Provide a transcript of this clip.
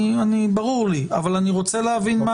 ברור לי אבל אני רוצה להבין.